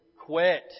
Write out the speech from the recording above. quit